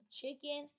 chicken